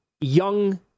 young